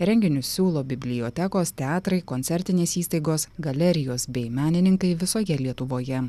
renginius siūlo bibliotekos teatrai koncertinės įstaigos galerijos bei menininkai visoje lietuvoje